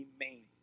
remain